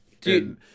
dude